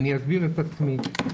ואסביר את עצמי.